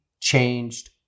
changed